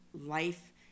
life